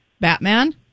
Batman